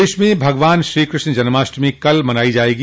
प्रदेश में भगवान श्रीकृष्ण जन्माष्टमो कल मनाई जायेगी